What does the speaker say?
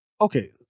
okay